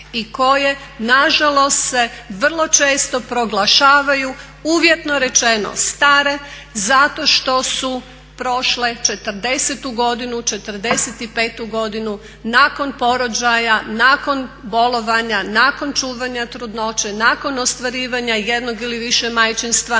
i koje nažalost se vrlo često proglašavaju uvjetno rečeno stare zato što su prošle 40. godinu, 45. godinu nakon porođaja, nakon bolovanja, nakon čuvanja trudnoće, nakon ostvarivanja jednog ili više majčinstva